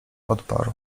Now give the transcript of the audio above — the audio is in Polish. odparł